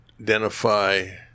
identify